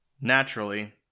naturally